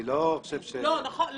אני לא חושב ש- -- אתה אומר